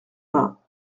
vingts